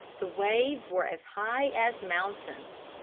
the waves were as high as mountains.